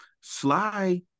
sly